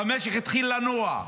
והמשק התחיל לנוע.